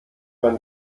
man